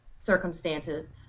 circumstances